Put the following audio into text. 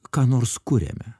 ką nors kuriame